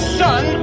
son